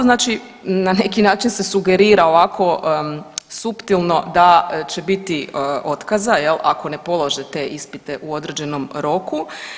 Znači na neki način se sugerira ovako suptilno da će biti otkaza jel ako ne polože te ispite u određenom roku.